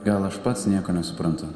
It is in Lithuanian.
gal aš pats nieko nesuprantu